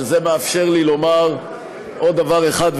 שזה מאפשר לי לומר עוד דבר אחד,